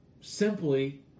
simply